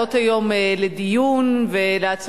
מס'